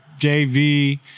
JV